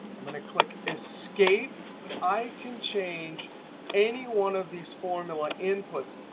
i'm going to click escape, but i can change any one of these formula inputs,